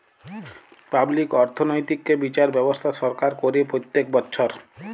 public অর্থনৈতিক্যে বিচার ব্যবস্থা সরকার করে প্রত্যক বচ্ছর